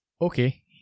Okay